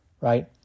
Right